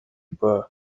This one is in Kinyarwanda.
part